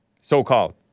so-called